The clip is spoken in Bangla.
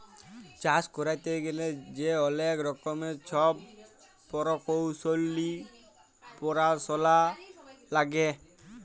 চাষ ক্যইরতে গ্যালে যে অলেক রকমের ছব পরকৌশলি পরাশলা লাগে